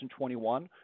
2021